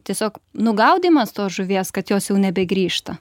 tiesiog nu gudymas tos žuvies kad jos jau nebegrįžta